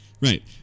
Right